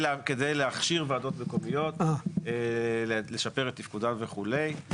כדי להכשיר וועדות מקומיות, לשפר את תפקודן וכולה.